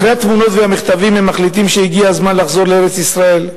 אחרי התמונות והמכתבים הם מחליטים שהגיע הזמן לחזור לארץ-ישראל.